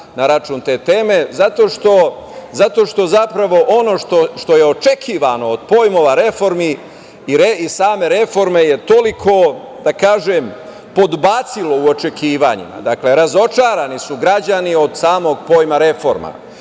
na račun te teme zato što, zapravo, ono što je očekivano od pojmova reformi i same reforme je toliko, da kažem, podbacilo u očekivanjima. Dakle, razočarani su građani od samog pojma reforma.